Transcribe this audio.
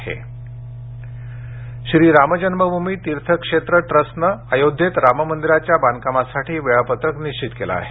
अयोध्या श्री राम जन्मभूमी तीर्थ क्षेत्र ट्रस्टनं अयोध्येत राम मंदिराच्या बांधकामासाठी वेळापत्रक निश्चित केलं आहे